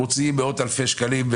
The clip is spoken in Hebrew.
מוציאים מאות אלפי שקלים,